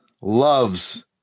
loves